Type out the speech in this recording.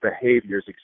behaviors